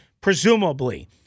presumably